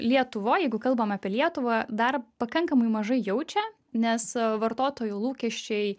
lietuvoj jeigu kalbam apie lietuvą dar pakankamai mažai jaučia nes vartotojų lūkesčiai